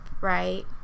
right